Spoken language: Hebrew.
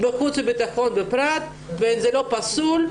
חוץ וביטחון בפרט וזה לא פסול.